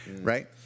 Right